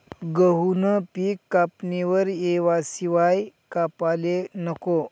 गहूनं पिक कापणीवर येवाशिवाय कापाले नको